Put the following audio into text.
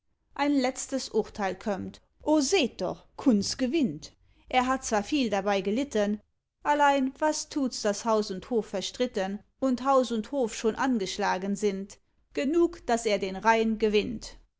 ein letztes urteil kömmt o seht doch kunz gewinnt er hat zwar viel dabei gelitten allein was tuts daß haus und hof verstritten und haus und hof schon angeschlagen sind genug daß er den rain gewinnt